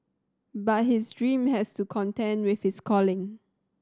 but his dream has to contend with his calling